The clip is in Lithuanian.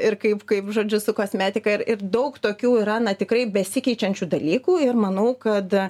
ir kaip kaip žodžiu su kosmetika ir daug tokių yra na tikrai besikeičiančių dalykų ir manau kad